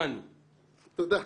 תודה.